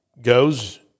goes